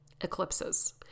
Eclipses